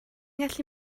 gallu